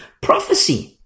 Prophecy